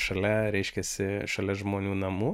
šalia reiškiasi šalia žmonių namų